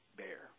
bear